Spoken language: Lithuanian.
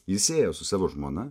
jis ėjo su savo žmona